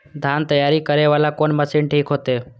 धान तैयारी करे वाला कोन मशीन ठीक होते?